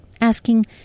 asking